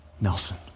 Nelson